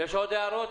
יש עוד הערות?